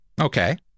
okay